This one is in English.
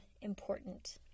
important